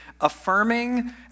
affirming